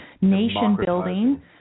nation-building